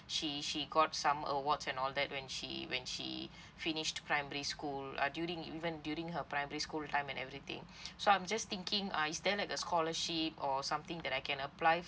she she got some awards and all that when she when she finished primary school uh during even during her primary school time and everything so I'm just thinking uh is there like a scholarship or something that I can apply